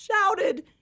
shouted